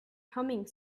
humming